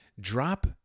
drop